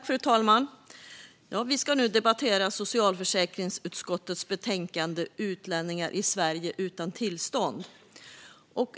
Fru talman! Vi ska nu debattera socialförsäkringsutskottets betänkande Utlänningar i Sverige utan tillstånd .